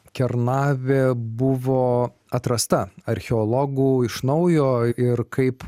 kernavė buvo atrasta archeologų iš naujo ir kaip